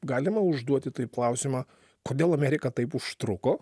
galima užduoti taip klausimą kodėl amerika taip užtruko